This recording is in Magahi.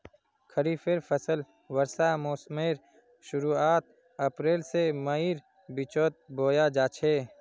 खरिफेर फसल वर्षा मोसमेर शुरुआत अप्रैल से मईर बिचोत बोया जाछे